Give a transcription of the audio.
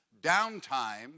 downtime